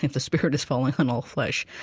the spirit has fallen on all flesh.